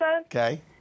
Okay